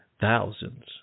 thousands